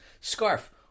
Scarf